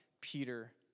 Peter